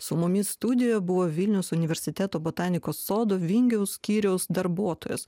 su mumis studijoje buvo vilniaus universiteto botanikos sodo vingio skyriaus darbuotojos